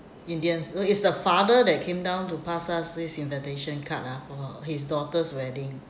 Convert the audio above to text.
indian no he's the father that came down to pass us this invitation card ah for her his daughter's wedding